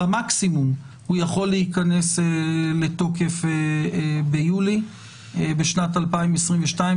במקסימום יכול להיכנס לתוקף ביולי בשנת 2022,